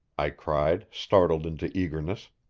i cried, startled into eagerness.